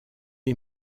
est